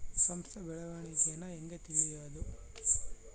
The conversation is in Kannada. ಸಂಸ್ಥ ಬೆಳವಣಿಗೇನ ಹೆಂಗ್ ತಿಳ್ಯೇದು